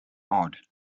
odd